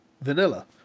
Vanilla